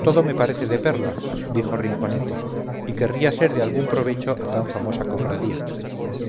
todo me parece de perlas dijo rinconete y querría ser de algún provecho a tan famosa cofradía